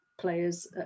players